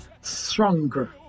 Stronger